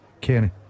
Kenny